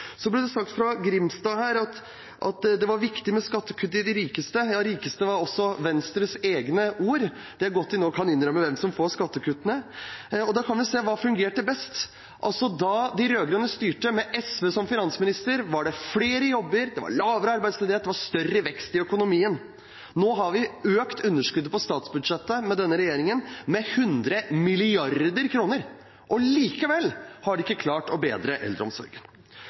ble sagt av Grimstad at det var viktig med skattekutt til de rikeste – ja, rikeste var Venstres eget ord – det er godt de nå kan innrømme hvem som får skattekuttene. Da kan vi se hva som fungerte best. Da de rød-grønne styrte og finansministeren var fra SV, var det flere jobber, lavere arbeidsledighet og større vekst i økonomien. Med denne regjeringen er underskuddet på statsbudsjettet økt med 100 mrd. kr. Likevel har de ikke klart å bedre eldreomsorgen.